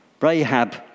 Rahab